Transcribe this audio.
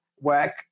work